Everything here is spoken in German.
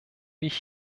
ich